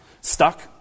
stuck